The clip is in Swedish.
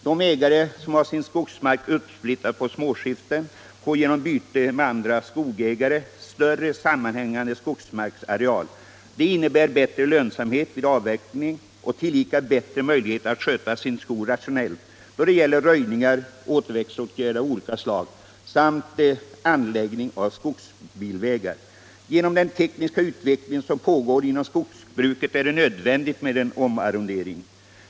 De ägare som har sin skogsmark uppsplittrad på småskiften får genom byte med andra skogsägare större sammanhängande skogsmarksareal. Det innebär bättre lönsamhet vid avverkning och tillika bättre möjligheter att sköta sin skog rationellt då det gäller röjningar och återväxtåtgärder av olika slag samt anläggning av skogsbilvägar. Genom den tekniska utveckling som pågår inom skogsbruket är det nödvändigt med en omarrondering.